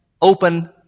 open